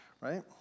right